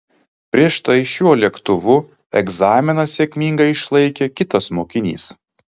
prieš tai šiuo lėktuvu egzaminą sėkmingai išlaikė kitas mokinys